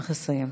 צריך לסיים.